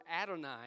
Adonai